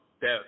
death